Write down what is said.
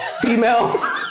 female